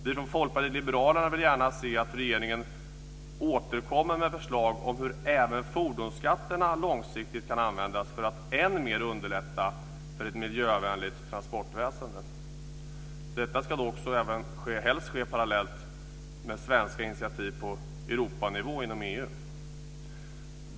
Vi från Folkpartiet liberalerna vill gärna se att regeringen återkommer med förslag om hur även fordonsskatterna långsiktigt kan användas för att än mer underlätta för ett miljövänligt transportväsende. Detta ska då helst ske parallellt med svenska initiativ på Europanivå inom EU.